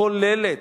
כוללת.